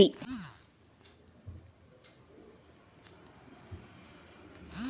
ನನ್ನ ATM pin change ಹೆಂಗ್ ಮಾಡೋದ್ರಿ?